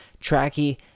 Tracky